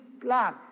plan